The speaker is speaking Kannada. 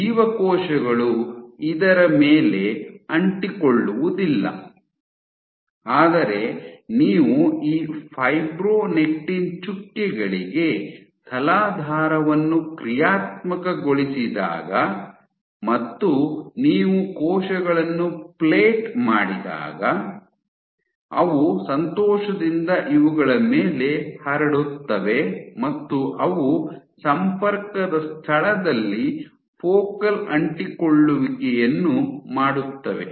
ಜೀವಕೋಶಗಳು ಇದರ ಮೇಲೆ ಅಂಟಿಕೊಳ್ಳುವುದಿಲ್ಲ ಆದರೆ ನೀವು ಈ ಫೈಬ್ರೊನೆಕ್ಟಿನ್ ಚುಕ್ಕೆಗಳಿಗೆ ತಲಾಧಾರವನ್ನು ಕ್ರಿಯಾತ್ಮಕಗೊಳಿಸಿದಾಗ ಮತ್ತು ನೀವು ಕೋಶಗಳನ್ನು ಪ್ಲೇಟ್ ಮಾಡಿದಾಗ ಅವು ಸಂತೋಷದಿಂದ ಇವುಗಳ ಮೇಲೆ ಹರಡುತ್ತವೆ ಮತ್ತು ಅವು ಸಂಪರ್ಕದ ಸ್ಥಳದಲ್ಲಿ ಫೋಕಲ್ ಅಂಟಿಕೊಳ್ಳುವಿಕೆಯನ್ನು ಮಾಡುತ್ತವೆ